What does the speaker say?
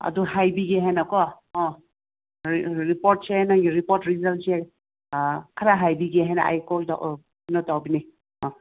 ꯑꯗꯨ ꯍꯥꯏꯕꯤꯒꯦ ꯍꯥꯏꯅꯀꯣ ꯑꯥ ꯔꯤꯄꯣꯔꯠꯁꯦ ꯅꯪꯒꯤ ꯔꯤꯄꯣꯔꯠ ꯔꯤꯖꯜꯁꯦ ꯈꯔ ꯍꯥꯏꯕꯤꯒꯦ ꯍꯥꯏꯅ ꯑꯩ ꯀꯣꯜ ꯀꯩꯅꯣ ꯇꯧꯕꯅꯦ ꯑꯥ